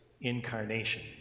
incarnation